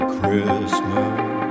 Christmas